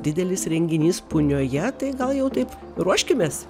didelis renginys punioje tai gal jau taip ruoškimės